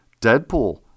Deadpool